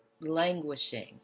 languishing